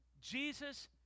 Jesus